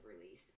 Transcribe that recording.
release